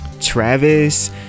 travis